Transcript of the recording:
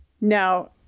Now